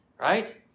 right